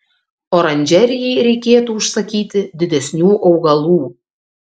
oranžerijai reikėtų užsakyti didesnių augalų